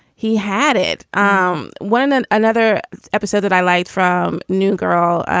he had it ah um when. and and another episode that i liked from new girl.